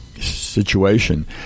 situation